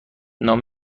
نام